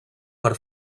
per